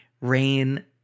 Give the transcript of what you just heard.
rain